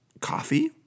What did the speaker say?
coffee